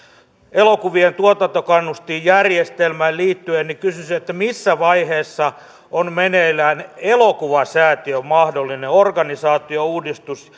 elokuvien tuotantokannustinjärjestelmään liittyen missä vaiheessa on meneillään elokuvasäätiön mahdollinen organisaatiouudistus